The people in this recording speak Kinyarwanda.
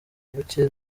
bucye